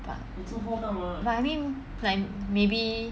but I mean like maybe